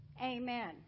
Amen